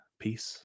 Peace